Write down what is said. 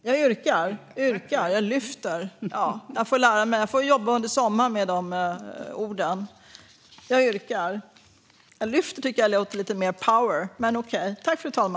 Jag yrkar därmed bifall till reservation 4.